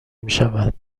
میشود